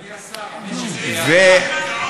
אדוני השר, המשק בהאטה.